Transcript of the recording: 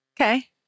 Okay